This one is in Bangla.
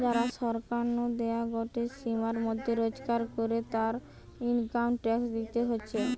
যারা সরকার নু দেওয়া গটে সীমার মধ্যে রোজগার করে, তারা ইনকাম ট্যাক্স দিতেছে